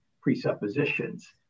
presuppositions